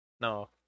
No